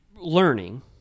learning